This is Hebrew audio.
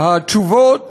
התשובות